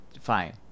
fine